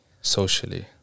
socially